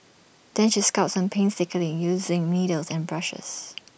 then she sculpts them painstakingly using needles and brushes